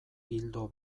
ildo